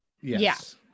Yes